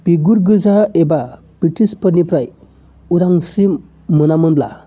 बिगुर गोजा एबा ब्रिटिशफोरनिफ्राय उदांस्रि मोना मोनब्ला